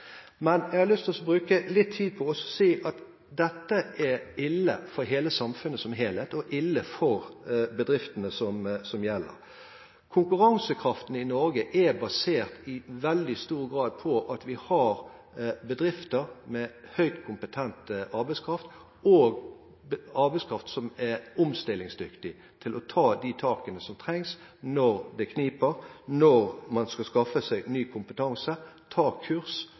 Jeg har lyst til å bruke litt tid på å si at dette er ille for samfunnet som helhet og ille for bedriftene det gjelder. Konkurransekraften i Norge er i veldig stor grad basert på at vi har bedrifter med høyt kompetent arbeidskraft og arbeidskraft som er omstillingsdyktig til å ta de takene som trengs når det kniper, når man skal skaffe seg ny kompetanse, ta kurs